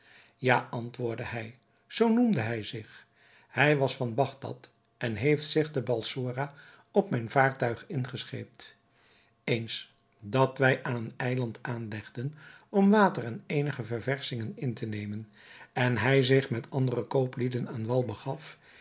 ja antwoordde hij zoo noemde hij zich hij was van bagdad en heeft zich te balsora op mijn vaartuig ingescheept eens dat wij aan een eiland aanlegden om water en eenige ververschingen in te nemen en hij zich met andere kooplieden aan wal begaf